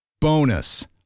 Bonus